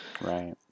right